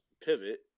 pivot